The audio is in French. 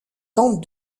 tente